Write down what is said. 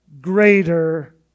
greater